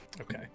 Okay